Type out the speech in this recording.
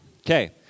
Okay